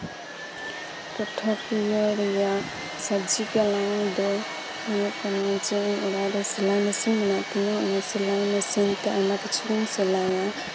ᱴᱚᱴᱷᱟᱠᱤᱭᱟᱹ ᱨᱮᱭᱟᱜ ᱥᱟᱹᱡᱷᱤ ᱠᱮᱞᱟᱝ ᱫᱚ ᱦᱩᱭᱩᱜ ᱠᱟᱱᱟ ᱡᱮ ᱤᱧ ᱚᱲᱟᱜ ᱨᱮ ᱥᱮᱞᱟᱭ ᱢᱮᱥᱤᱱ ᱢᱮᱱᱟᱜ ᱛᱤᱧᱟ ᱚᱱᱟᱥᱮᱞᱟᱭ ᱢᱮᱥᱤᱱ ᱛᱮ ᱟᱭᱢᱟ ᱠᱤᱪᱷᱩᱧ ᱥᱤᱞᱟᱭᱟ